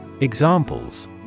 Examples